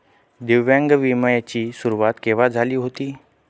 दिव्यांग विम्या ची सुरुवात केव्हा झाली होती?